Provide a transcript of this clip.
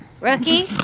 Rookie